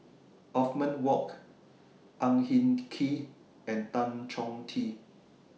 Othman Wok Ang Hin Kee and Tan Chong Tee